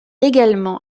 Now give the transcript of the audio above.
également